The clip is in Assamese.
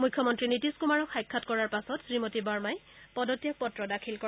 মুখ্যমন্ত্ৰী নিতীশ কুমাৰক সাক্ষাৎ কৰাৰ পাছত শ্ৰীমতী বাৰ্মাই পদত্যাগ পত্ৰ দাখিল কৰে